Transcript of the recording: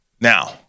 now